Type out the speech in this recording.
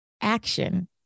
action